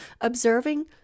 observing